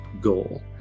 goal